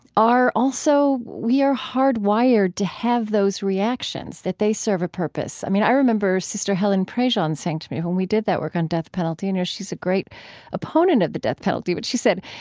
are also we are hard-wired to have those reactions, that they serve a purpose. i mean, i remember sister helen prejean saying to me when we did that work on the death penalty, you know, she's a great opponent of the death penalty, but she said,